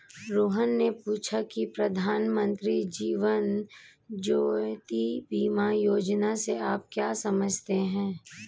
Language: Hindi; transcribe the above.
रोहन ने पूछा की प्रधानमंत्री जीवन ज्योति बीमा योजना से आप क्या समझते हैं?